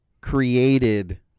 created